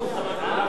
כהצעת הוועדה,